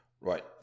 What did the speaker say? Right